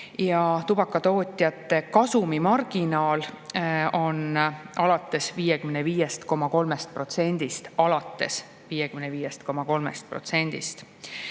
ja tubakatootjate kasumimarginaal on alates 55,3%-st.